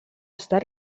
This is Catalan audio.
estat